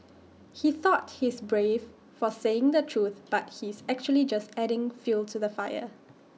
he thought he's brave for saying the truth but he's actually just adding fuel to the fire